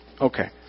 Okay